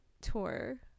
tour